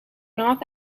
north